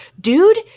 Dude